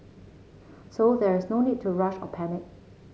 so there is no need to rush or panic